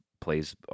plays